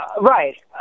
right